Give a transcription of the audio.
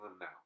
now